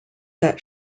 that